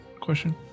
question